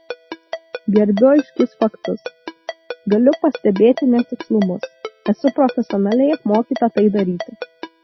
gerbiu aiškius faktus galiu pastebėti netikslumus esu profesionaliai apmokyta tai daryti